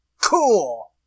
cool